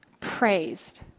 praised